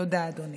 תודה, אדוני.